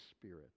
Spirit